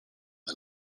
the